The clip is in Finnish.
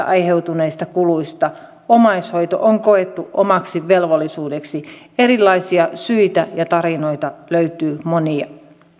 aiheutuneista kuluista omaishoito on koettu omaksi velvollisuudeksi erilaisia syitä ja tarinoita löytyy monia